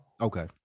Okay